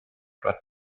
red